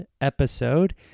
episode